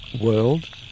world